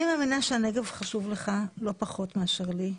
אני מאמינה שהנגב חשוב לך לא פחות מאשר לי.